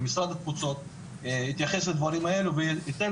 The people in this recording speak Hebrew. במשרד התפוצות יתייחס לדברים האלו וייתן